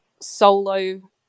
solo